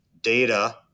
data